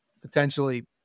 potentially